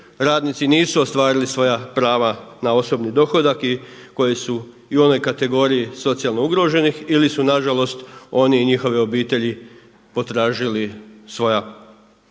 radnici nisu ostvarili svoja prava na osobni dohodak i koji su u onoj kategoriji socijalno ugroženih ili su na žalost oni i njihove obitelji potražili svoja